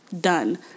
Done